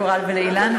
לקורל ולאילן,